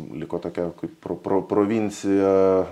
liko tokia kaip pro pro provincija